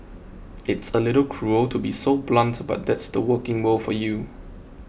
it's a little cruel to be so blunt but that's the working world for you